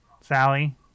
Sally